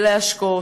ולהשקות,